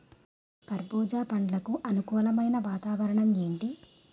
కర్బుజ పండ్లకు అనుకూలమైన వాతావరణం ఏంటి?